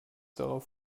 darauf